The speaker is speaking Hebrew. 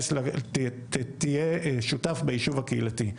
תהיה שותף ביישוב הקהילתי.